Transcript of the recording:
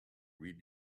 read